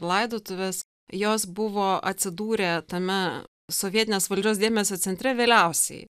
laidotuvės jos buvo atsidūrę tame sovietinės valdžios dėmesio centre vėliausiai